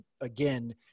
again